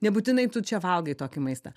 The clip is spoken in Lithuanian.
nebūtinai tu čia valgai tokį maistą